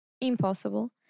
impossible